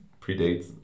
predates